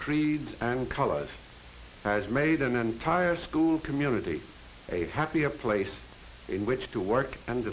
creeds and colors has made an entire school community a happier place in which to work and